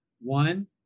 one